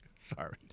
Sorry